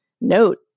note